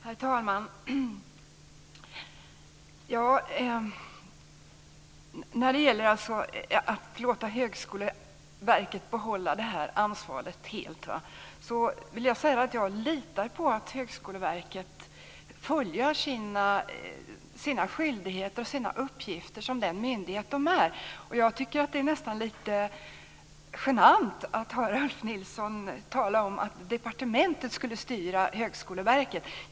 Herr talman! När det gäller att låta Högskoleverket behålla ansvaret helt vill jag säga att jag litar på att verket fullgör sina skyldigheter och uppgifter som den myndighet det är. Jag tycker att det nästan är lite genant att höra Ulf Nilsson tala om att departementet skulle styra Högskoleverket.